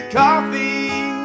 coffee